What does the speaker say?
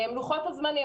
לוחות הזמנים.